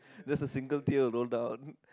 just a single tear roll down